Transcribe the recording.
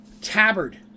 Tabard